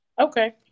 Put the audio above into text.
Okay